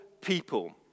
people